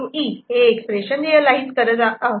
E हे expression realise करत आहोत